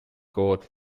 goat